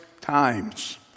times